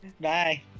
Bye